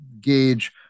gauge